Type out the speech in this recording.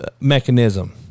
mechanism